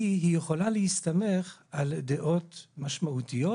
כי היא יכולה להסתמך על דעות משמעותיות